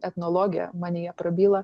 etnologė manyje prabyla